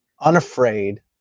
unafraid